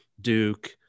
Duke